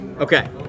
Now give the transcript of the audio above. Okay